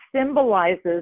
symbolizes